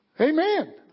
Amen